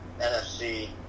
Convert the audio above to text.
NFC